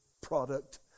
product